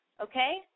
Okay